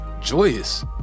joyous